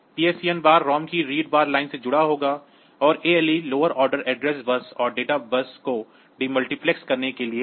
PSEN bar ROM की read bar line से जुड़ा होगा और ALE lower order address bus और डेटा बस को डी मल्टीप्लेक्स करने के लिए है